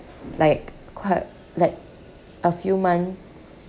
like quite like a few months